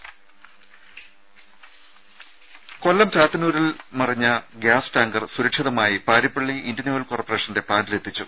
ദേഴ കൊല്ലം ചാത്തന്നൂരിൽ മറിഞ്ഞ ഗ്യാസ് ടാങ്കർ സുരക്ഷിതമായി പാരിപ്പള്ളി ഇൻഡ്യൻ ഓയിൽ കോർപ്പറേഷന്റെ പ്ലാന്റിൽ എത്തിച്ചു